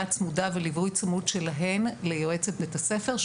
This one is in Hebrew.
צמודה וליווי צמוד שלהן ליועצת בית הספר,